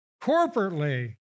Corporately